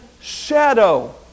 shadow